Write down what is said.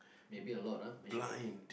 maybe a lot ah matchmaking